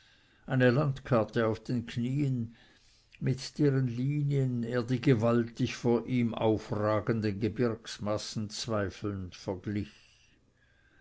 eine landkarte auf den knieen mit deren linien er die gewaltig vor ihm aufragenden gebirgsmassen zweifelnd verglich